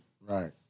Right